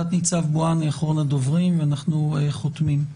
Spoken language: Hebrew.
תת-ניצב בואני אחרון הדוברים, ואנחנו חותמים.